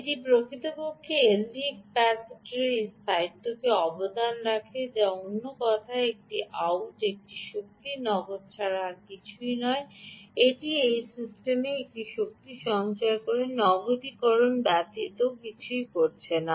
এটি প্রকৃতপক্ষে এলডিওর Cout ক্যাপাসিটরের এই স্থায়িত্বকে অবদান রাখে অন্য কথায় এই আউট একটি শক্তি নগদ ছাড়া কিছুই নয় এটি সেই সিস্টেমে শক্তি সঞ্চয় করে নগদকরণ ব্যতীত কিছুই করছে না